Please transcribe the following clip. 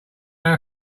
our